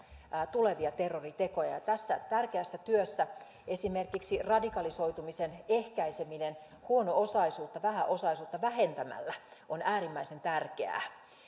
tulevia terroritekoja ja tässä tärkeässä työssä esimerkiksi radikalisoitumisen ehkäiseminen huono osaisuutta vähäosaisuutta vähentämällä on äärimmäisen tärkeää